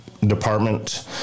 department